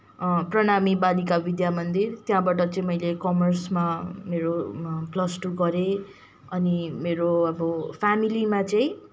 प्रणामी बालिका विद्यामन्दिर त्यहाँबाट चाहिँ मैले कमर्समा मेरो प्लस टु गरेँ अनि अब मेरो फैमिलीमा चाहिँ